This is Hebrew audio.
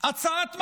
הצעת מחליטים,